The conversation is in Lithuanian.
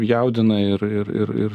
jaudina ir ir ir ir